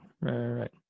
Right